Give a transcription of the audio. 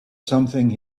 something